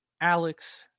alex